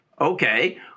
Okay